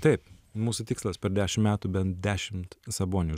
taip mūsų tikslas per dešim metų bent dešim sabonių